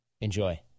Enjoy